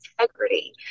integrity